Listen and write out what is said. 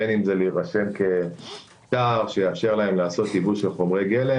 בין אם זה להירשם כצו שיאפשר להם לעשות ייבוא חומרי גלם